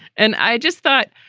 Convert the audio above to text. and i just thought,